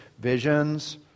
Visions